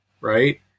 Right